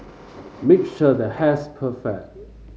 make sure the hair's perfect